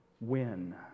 win